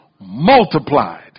multiplied